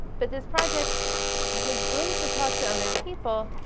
but this project was great to talk to other people.